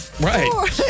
Right